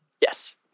Yes